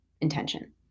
intention